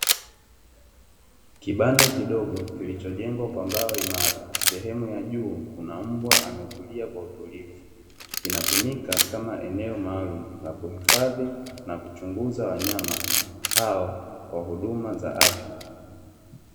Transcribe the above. Kibanda kidogo kilichojengwa kwa mbao imara, sehemu ya juu kuna mbwa ametulia kwa utulivu. Kinatumika kama eneo maalumu la kuhifadhi na kuchunguza wanyama hao kwa huduma za afya.